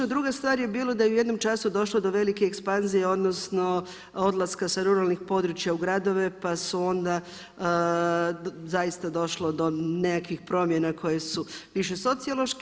Druga stvar je bila da je u jednom času došlo do velike ekspanzije, odnosno odlaska sa ruralnih područja u gradove pa su onda zaista došlo do nekakvih promjena koje su više sociološke.